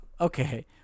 Okay